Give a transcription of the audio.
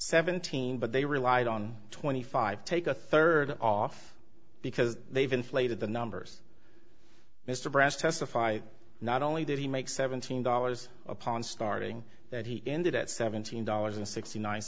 seventeen but they relied on twenty five take a third off because they've inflated the numbers mr brass testify not only did he make seventeen dollars upon starting that he ended at seventeen dollars and sixty ni